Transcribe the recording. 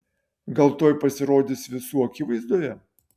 gal tuoj pasirodys visų akivaizdoje